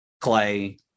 clay